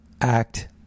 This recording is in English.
act